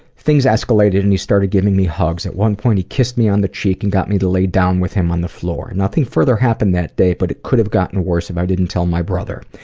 things escalated and he started giving me hugs. at one point he kissed me on the cheek and got me to lay down with him on the floor. and nothing further happened that day but it could have gotten worse if i didn't tell my brother.